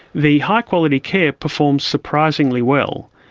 the high quality care performed surprisingly well.